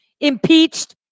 impeached